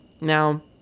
Now